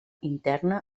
interna